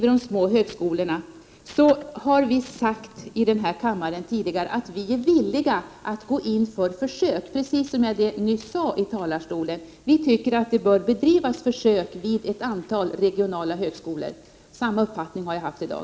Vi socialdemokrater har tidigare sagt i den här kammaren, precis som jag nyss sade i talarstolen, att vi är villiga att gå in för försök med forskning vid ett antal regionala högskolor. Samma uppfattning har jag i dag.